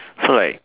so like